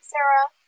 Sarah